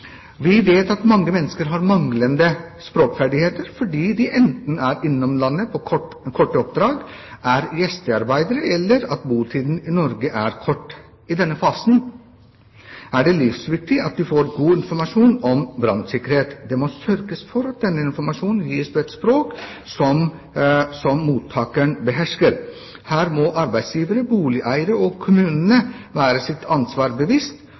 Vi vet at mange mennesker har manglende språkferdigheter fordi de enten er innom landet på korte oppdrag, er gjestearbeidere, eller fordi botiden i Norge er kort. I denne fasen er det livsviktig at de får god informasjon om brannsikkerhet. Det må sørges for at denne informasjonen gis på et språk som mottakeren behersker. Her må arbeidsgivere, boligeiere og kommunene være seg sitt ansvar bevisst.